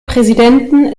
präsidenten